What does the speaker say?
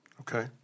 Okay